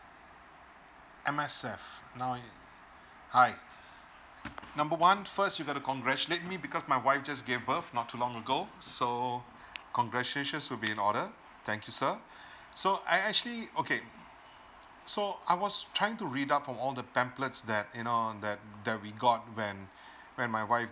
M_S_F now hi number one first you gonna congratulate me because my wife just gave birth not too long ago so congratulations will be in order thank you sir so I actually okay so I was trying to read up from all the pamphlets that you know that that we got when when my my wife